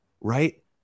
right